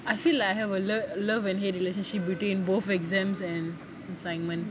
I feel like I have a love love and hate relationship between both exams and assignment